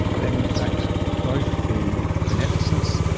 then in fact both the beneficence,